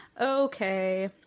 Okay